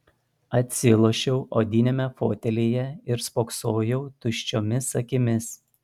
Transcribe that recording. atsilošiau odiniame fotelyje ir spoksojau tuščiomis akimis